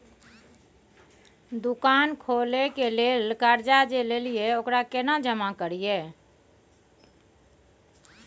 दुकान खोले के लेल कर्जा जे ललिए ओकरा केना जमा करिए?